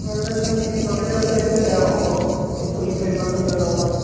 ഏകദേശം ഈ തോട്ടക്കാട്ട് സൈഡിൽത്തന്നെയാണോ അതോ പുതുപ്പള്ളി സൈഡിലോട്ട് ഒക്കെ വല്ലതും ഉണ്ടോ